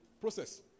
process